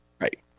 Right